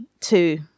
two